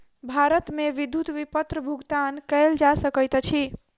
भारत मे विद्युत विपत्र भुगतान कयल जा सकैत अछि